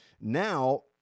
now